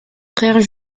frères